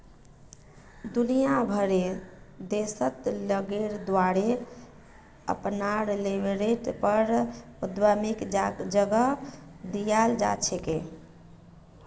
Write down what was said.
दुनिया भरेर देशत लोगेर द्वारे अपनार लेवलेर पर उद्यमिताक जगह दीयाल जा छेक